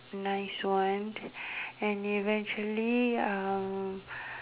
nice one and eventually uh